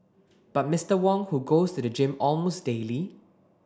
but Mister Wong who goes to the gym almost daily